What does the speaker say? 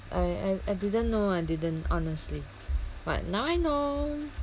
I I I didn't know I didn't honestly but now I know